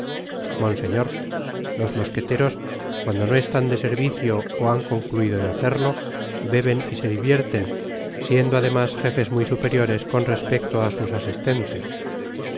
monseñor loe mosqueteros cuando no están de servicio ó han concluido de hacerlo beben y se divierten siendo además jefes muy superiores con respecte a us asistentes